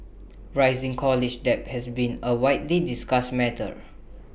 rising college debt has been A widely discussed matter